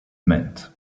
meant